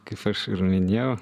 kaip aš ir minėjau